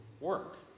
work